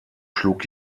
schlug